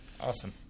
awesome